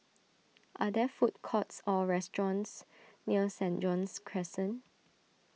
are there food courts or restaurants near Saint John's Crescent